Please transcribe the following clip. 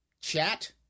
chat